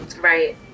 right